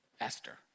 Esther